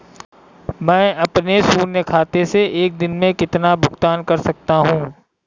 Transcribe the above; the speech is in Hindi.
मैं अपने शून्य खाते से एक दिन में कितना भुगतान कर सकता हूँ?